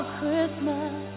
Christmas